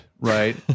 right